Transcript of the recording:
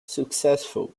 successful